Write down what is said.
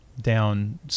down